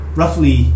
roughly